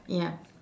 ya